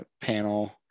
panel